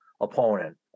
opponent